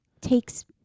takes